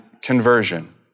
Conversion